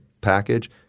package